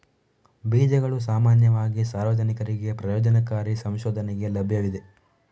ಬೀಜಗಳು ಸಾಮಾನ್ಯವಾಗಿ ಸಾರ್ವಜನಿಕರಿಗೆ ಪ್ರಯೋಜನಕಾರಿ ಸಂಶೋಧನೆಗೆ ಲಭ್ಯವಿವೆ